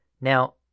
Now